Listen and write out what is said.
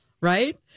Right